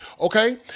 okay